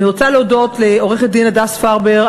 אני רוצה להודות לעורכת-דין הדס פרבר,